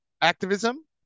activism